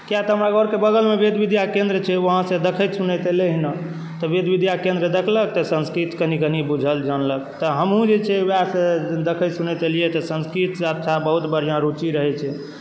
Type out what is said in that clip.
किया तऽ हमर घरके बगलमे वेद विद्या केन्द्र छै वहां से देखैत सुनैत एलैहं तऽ वेद विद्या केन्द्र देखलक तऽ संस्कृत कनी कनी बुझल जानलक तऽ हमहूँ जे छै वएह सँ देखैत सुनैत एलियै तऽ संस्कृतसँ बहुत बढ़ियाॅं रूचि रहै छै